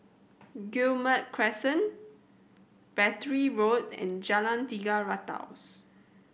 Guillemard Crescent Battery Road and Jalan Tiga Ratus